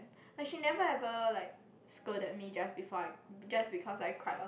like she never ever like scolded me just before I just because I cried oh